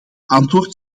antwoord